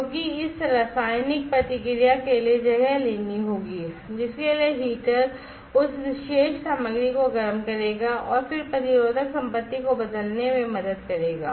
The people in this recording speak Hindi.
क्योंकि इस रासायनिक प्रतिक्रिया के लिए जगह लेनी होगी जिसके लिए हीटर उस विशेष सामग्री को गर्म करेगा और फिर प्रतिरोधक संपत्ति को बदलने में मदद करेगा